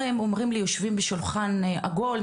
הרי הם אומרים שהם יושבים בשולחן עגול,